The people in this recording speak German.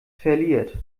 verliert